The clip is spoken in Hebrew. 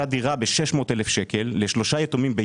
דירה ב-600,000 שקלים לשלושה אחים יתומים,